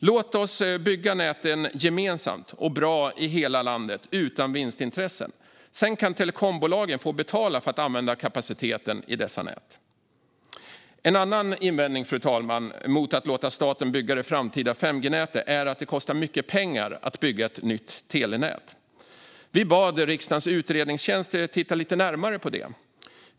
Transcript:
Låt oss bygga näten gemensamt och bra i hela landet, utan vinstintressen! Därefter kan telekombolagen få betala för att använda kapaciteten i dessa nät. Fru talman! En annan invändning mot att låta staten bygga det framtida 5G-nätet är att det kostar mycket pengar att bygga ett nytt telenät. Vänsterpartiet bad riksdagens utredningstjänst att titta lite närmare på det.